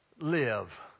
Live